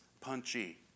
punchy